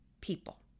people